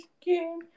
game